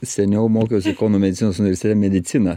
seniau mokiausi kauno medicinos universitete mediciną